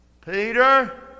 Peter